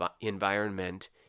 environment